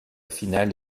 finale